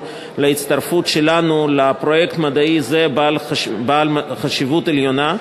להצטרפות שלנו לפרויקט מדעי זה שהוא בעל חשיבות עליונה,